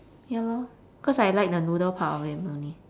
ya lor cause I like the noodle part of it only